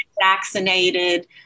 vaccinated